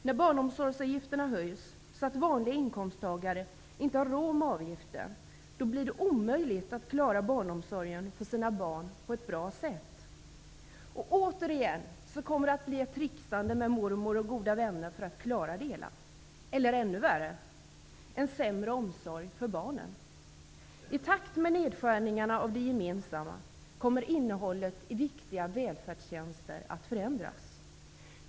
När barnomsorgsavgifterna höjs, så att vanliga inkomsttagare inte har råd att betala avgiften, blir det omöjligt att klara barnomsorgen för sina barn på ett bra sätt. Återigen kommer det att bli ett trixande med mormor och goda vänner för att klara det hela -- eller ännu värre: en sämre omsorg om barnen. I takt med nedskärningarna av det gemensamma kommer innehållet i viktiga välfärdstjänster att förändras.